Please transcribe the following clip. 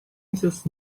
mrs